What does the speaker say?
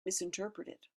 misinterpreted